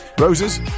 Roses